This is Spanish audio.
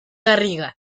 garriga